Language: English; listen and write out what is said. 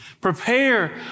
prepare